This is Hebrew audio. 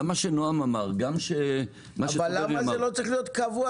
גם מה שנועם אמר וגם --- אבל למה זה לא צריך להיות קבוע,